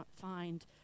find